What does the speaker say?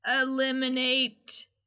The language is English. Eliminate